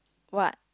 what